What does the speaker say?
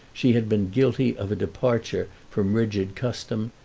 she had been guilty of a departure from rigid custom,